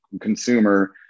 consumer